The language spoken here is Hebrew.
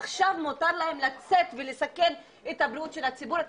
עכשיו מותר להם לצאת ולסכן את הבריאות של הציבור?